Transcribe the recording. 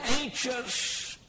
anxious